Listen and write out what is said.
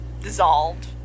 dissolved